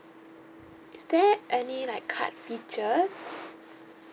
is there any like card features